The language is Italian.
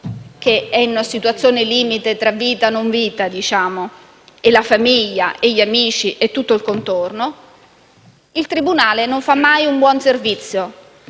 che è in una situazione limite tra vita e non vita, così come sulla sua famiglia, gli amici e tutto il contorno, il tribunale non fa mai un buon servizio,